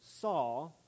saw